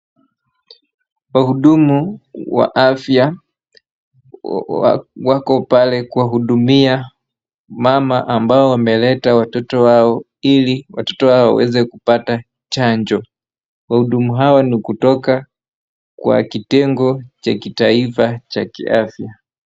Wahudumu wa afya wako pale kuwahudumia mama ambao wameleta watoto wao ili watoto wao waweze kupata chanjo. Wahudumu hawa ni kutoka kwa kitengo cha kitaifa cha kiafya.